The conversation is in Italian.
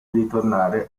ritornare